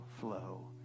flow